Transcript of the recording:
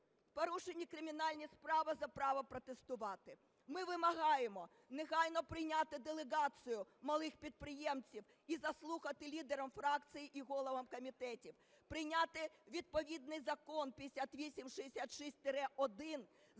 Порушені кримінальні справи за право протестувати. Ми вимагаємо негайно прийняти делегацію малих підприємців і заслухати лідерам фракцій і головам комітетів. Прийняти відповідний Закон 5866-1,